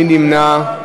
מי נמנע?